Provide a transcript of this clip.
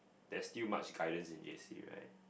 there's still much guidance in J_C right